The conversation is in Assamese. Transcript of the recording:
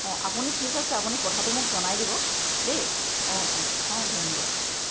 অঁ আপুনি ঠিক আছে আপুনি কথাটো মোক জনাই দিব দেই অঁ অঁ অঁ ধন্যবাদ